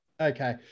Okay